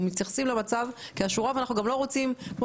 אנחנו מתייחסים למצב לאשורו ואנחנו גם לא רוצים כמו